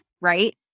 Right